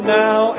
now